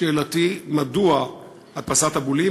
שאלתי: מדוע הדפסת הבולים,